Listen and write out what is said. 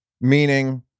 Meaning